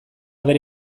bera